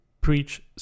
preach